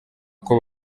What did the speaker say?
uko